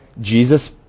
Jesus